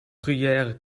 gruyère